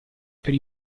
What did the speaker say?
per